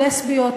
לסביות,